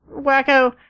wacko